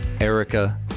Erica